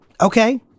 Okay